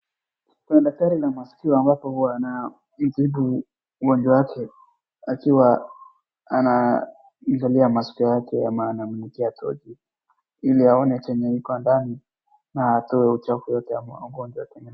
Kuna daktari la maskio ambapo huwa anamtibu mgonjwa wake akiwa anaangalia maskio yake ama ana mlikia tochi ili aone chenye iko ndani na atoe uchafu yote ya mgonjwa kwenye maskio.